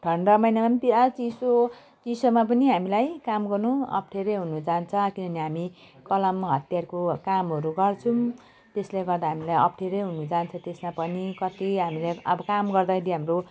ठन्डामा महिनामा पनि त्यहाँ चिसो चिसोमा पनि हामीलाई काम गर्न अप्ठ्यारै हुनु जान्छ किनभने हामी कलममा हतियारको कामहरू गर्छौँ त्यसले गर्दा हामीलाई अप्ठ्यारै हुनु जान्छ त्यसमा पनि कति हामीलाई अब काम गर्दाखेरि हाम्रो